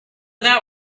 that